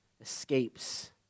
escapes